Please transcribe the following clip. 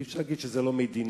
אי-אפשר להגיד שזאת לא מדינה.